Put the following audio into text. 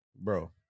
Bro